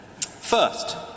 First